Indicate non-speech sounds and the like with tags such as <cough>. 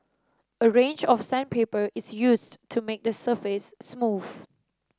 a range of <unintelligible> is used to make the surface smooth